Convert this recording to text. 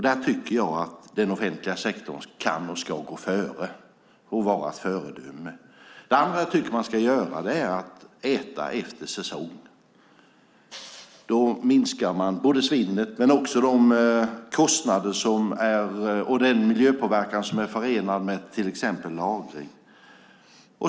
Där tycker jag att den offentliga sektorn ska vara ett föredöme. Det andra jag tycker att man ska göra är att äta efter säsong. Då minskar man både svinnet och de kostnader och den miljöpåverkan som är förenad med till exempel lagring.